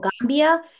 Gambia